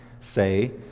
say